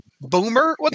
boomer